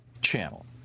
channel